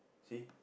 see